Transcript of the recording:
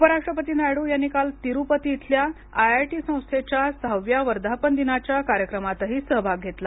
उपराष्ट्रपती नायडू यांनी काल तिरुपती इथल्या आयआयटी संस्थेच्या सहाव्या वर्धापन दिनाच्या कार्यक्रमातही सहभाग घेतला